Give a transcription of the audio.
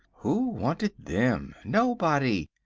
who wanted them? nobody.